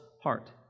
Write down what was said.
heart